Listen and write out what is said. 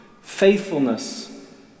faithfulness